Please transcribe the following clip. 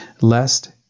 lest